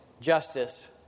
justice